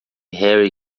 harry